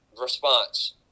response